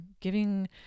giving